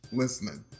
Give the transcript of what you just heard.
listening